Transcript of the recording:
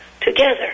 together